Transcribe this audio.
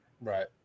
Right